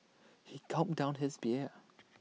he gulped down his beer